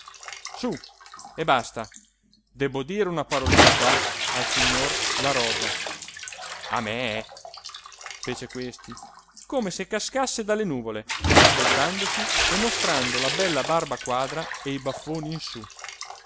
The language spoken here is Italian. su e basta debbo dire una parolina qua al signor la rosa a me fece questi come se cascasse dalle nuvole voltandosi e mostrando la bella barba quadra e i baffoni in su